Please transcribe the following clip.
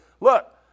Look